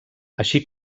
així